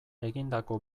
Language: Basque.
egindako